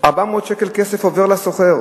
"ארבע מאות שקל כסף עֹבר לסֹחר".